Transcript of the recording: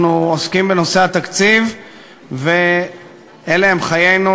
אנחנו עוסקים בנושא התקציב ואלה הם חיינו.